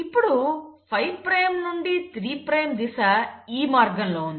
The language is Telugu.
ఇప్పుడు 5 ప్రైమ్ నుండి 3 ప్రైమ్ దిశ ఈ మార్గంలో ఉంది